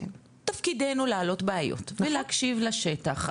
תפקידנו להעלות בעיות ולהקשיב לשטח,